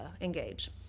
engage